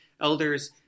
elders